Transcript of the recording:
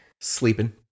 sleeping